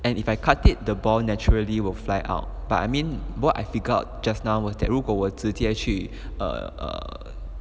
and if I cut it the ball naturally will fly out but I mean both I figure out just now was that 如果我直接去 err err